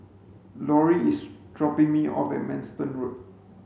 Lorie is dropping me off at Manston Road